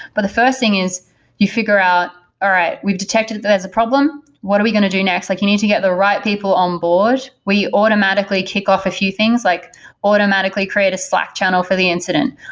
but the first thing is you figure out, all right. we've detected that there is a problem. what are we going to do next? like you need to get the right people on board. we automatically kick off a few things, like automatically create a slack channel for the incident,